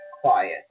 quiet